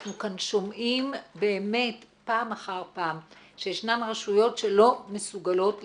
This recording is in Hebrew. אנחנו כאן שומעים באמת פעם אחר פעם שישנם רשויות שלא מסוגלות לתפקד,